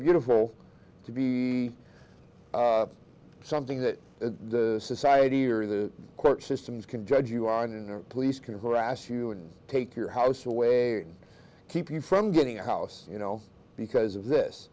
beautiful to be something that the society or the court systems can judge you on and police can harass you and take your house away or keep you from getting a house you know because of this